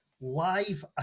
live